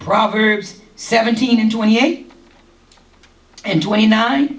proverbs seventeen and twenty eight and twenty nine